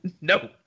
No